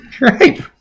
Right